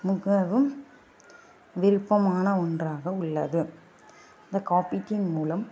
மிகவும் விருப்பமான ஒன்றாக உள்ளது இந்த காப்பீட்டின் மூலம்